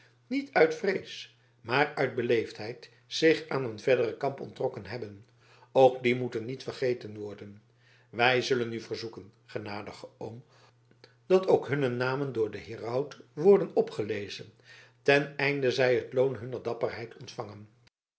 niet uit vrees maar uit beleefdheid zich aan een verderen kamp onttrokken hebben ook die moeten niet vergeten worden wij zullen u verzoeken genadige oom dat ook hunne namen door den heraut worden opgelezen ten einde zij het loon hunner dapperheid ontvangen